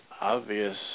obvious